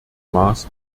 maß